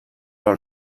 però